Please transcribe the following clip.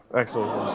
excellent